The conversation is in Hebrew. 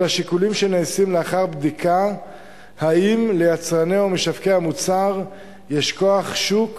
אלא שיקולים שנעשים לאחר בדיקה אם ליצרני ומשווקי המוצר יש כוח שוק